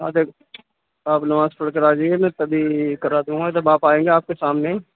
ہاں آپ نماز پڑھ کر آجائیے میں تبھی کرا دوں گا جب آپ آئیں گے آپ کے سامنے